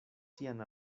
sian